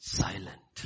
silent